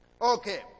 Okay